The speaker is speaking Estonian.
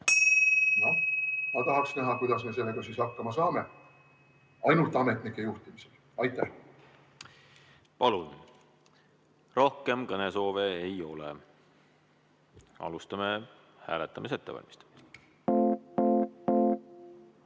ma tahaks näha, kuidas me sellega hakkama saame ainult ametnike juhtimisel. Aitäh! Palun! Rohkem kõnesoove ei ole. Alustame hääletamise ettevalmistamist.